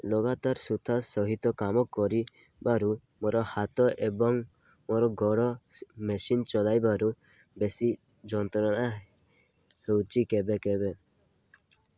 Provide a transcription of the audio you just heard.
ଲଗାତାର ସୁତା ସହିତ କାମ କରିବାରୁ ମୋର ହାତ ଏବଂ ମୋର ଗୋଡ଼ ମେସିନ୍ ଚଲାଇବାରୁ ବେଶୀ ଯନ୍ତ୍ରଣା ହେଉଛି କେବେ କେବେ